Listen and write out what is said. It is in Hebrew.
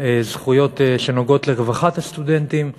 זכויות שנוגעות לרווחת הסטודנטים בתחבורה,